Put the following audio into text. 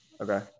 Okay